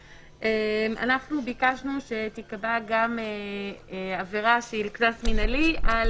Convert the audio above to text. אנחנו לא חושבים שזה נושא שמתאים לאכיפה פלילית או מינהלית.